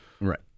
Right